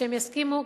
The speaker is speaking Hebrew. ושהם יסכימו,